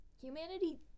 humanity